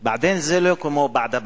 "בעדין" זה לא כמו "בַּעְדַ בַּעְדַ".